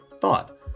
thought